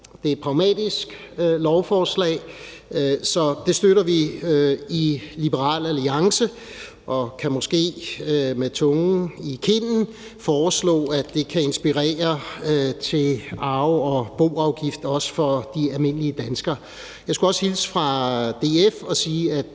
Det er et pragmatisk lovforslag, så det støtter vi i Liberal Alliance, og vi kan måske med tungen i kinden foreslå, at det kan inspirere til arve- og boafgift også for de almindelige danskere. Jeg skulle også hilse fra DF og sige, at